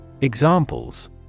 Examples